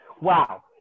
Wow